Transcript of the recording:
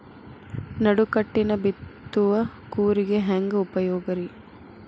ನಡುಕಟ್ಟಿನ ಬಿತ್ತುವ ಕೂರಿಗೆ ಹೆಂಗ್ ಉಪಯೋಗ ರಿ?